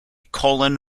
colon